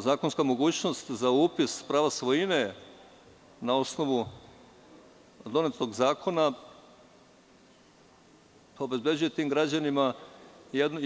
Uz to zakonska mogućnost za upis prava svojine na osnovu donetog Zakona obezbeđuje tim građanima